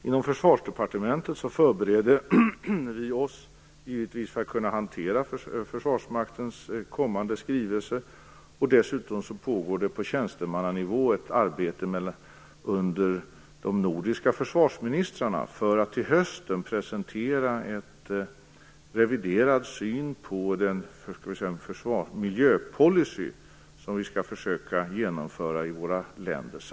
Inom Försvarsdepartementet förbereder vi oss för att hantera Försvarsmaktens kommande skrivelse. Dessutom pågår det på tjänstemannanivå ett arbete under de nordiska försvarsministrarna för att man till hösten skall kunna presentera en reviderad syn på den miljöpolicy som vi samfällt skall försöka att genomföra i våra länder.